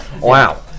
Wow